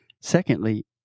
Secondly